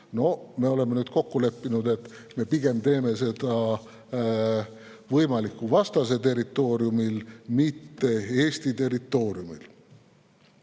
Me oleme nüüd kokku leppinud, et me pigem teeme seda võimaliku vastase territooriumil, mitte Eesti territooriumil.